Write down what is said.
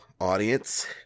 audience